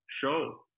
show